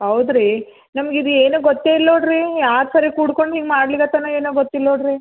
ಹೌದ್ರಿ ನಮ್ಗೆ ಇದು ಏನು ಗೊತ್ತೇ ಇಲ್ಲಿ ನೋಡಿರಿ ಆ ಥರ ಕೂಡ್ಕೊಂಡು ಹಿಂಗೆ ಮಾಡ್ಲಕ್ಕತ್ತಾನ ಏನೋ ಗೊತ್ತಿಲ್ಲ ನೋಡಿರಿ